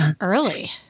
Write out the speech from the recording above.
early